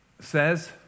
says